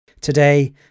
Today